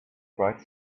bright